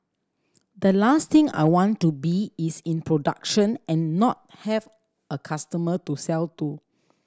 the last thing I want to be is in production and not have a customer to sell to